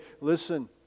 listen